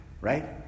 right